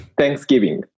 Thanksgiving